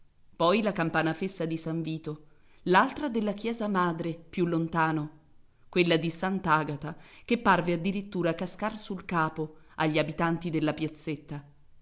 poi la campana fessa di san vito l'altra della chiesa madre più lontano quella di sant'agata che parve addirittura cascar sul capo agli abitanti della piazzetta